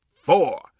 four